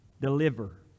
deliver